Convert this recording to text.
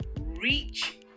reach